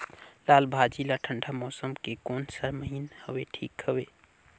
लालभाजी ला ठंडा मौसम के कोन सा महीन हवे ठीक हवे?